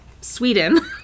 Sweden